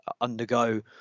undergo